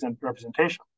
representation